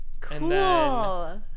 Cool